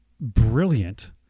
brilliant